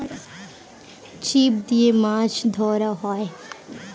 ছিপ দিয়ে মাছ ধরা হয়